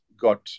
got